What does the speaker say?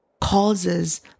causes